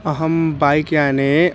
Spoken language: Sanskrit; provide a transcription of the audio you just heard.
अहं बैक् याने